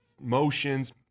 motions